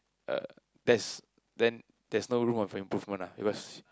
uh that's then there's no room of a improvement ah because